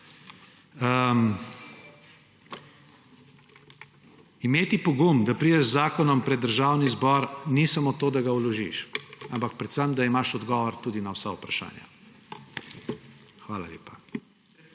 Imeti pogum, da prideš z zakonom pred Državni zbor, ni samo to, da ga vložiš; ampak predvsem, da imaš odgovor tudi na vsa vprašanja. Hvala lepa.